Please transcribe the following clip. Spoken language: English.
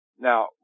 Now